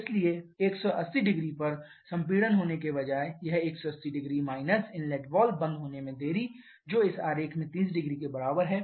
इसलिए 1800 पर संपीड़न होने के बजाय यह 1800 माइनस इनलेट वाल्व बंद होने में देरी जो इस आरेख में 300 के बराबर है